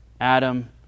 Adam